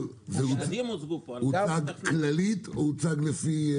הוצג כללית או הוצג לפי מגזרים?